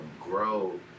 grow